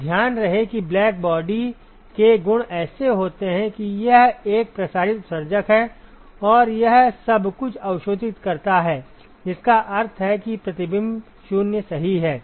तो ध्यान रहे कि ब्लैक बॉडी के गुण ऐसे होते हैं कि यह एक प्रसारित उत्सर्जक है और यह सब कुछ अवशोषित करता है जिसका अर्थ है कि प्रतिबिंब 0 सही है